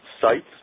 sites